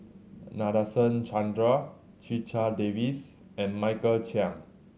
Nadasen Chandra Checha Davies and Michael Chiang